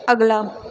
ਅਗਲਾ